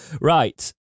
Right